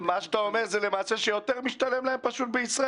--- מה שאתה אומר זה שלמעשה יותר משתלם להם בישראל,